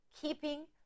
keeping